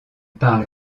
parle